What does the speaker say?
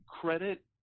credit